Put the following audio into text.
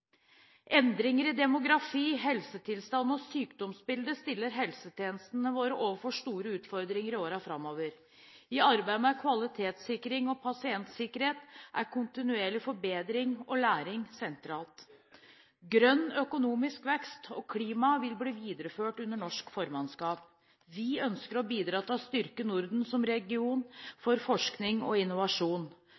Endringer i demografi, helsetilstand og sykdomsbilde stiller helsetjenestene våre overfor store utfordringer i årene framover. I arbeidet med kvalitetssikring og pasientsikkerhet er kontinuerlig forbedring og læring sentralt. Grønn økonomisk vekst og klima vil bli videreført under norsk formannskap. Vi ønsker å bidra til å styrke Norden som region